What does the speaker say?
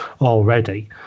already